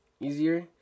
easier